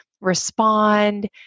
respond